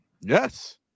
Yes